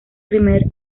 primer